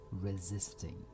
resisting